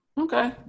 okay